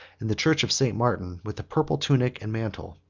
in the church of st. martin, with a purple tunic and mantle.